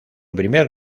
primer